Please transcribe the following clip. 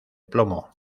plomo